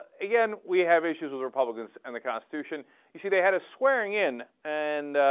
again we have issues with our problems and the constitution today had a swearing-in and